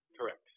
Correct